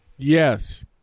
Yes